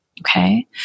Okay